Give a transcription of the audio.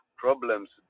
problems